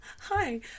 Hi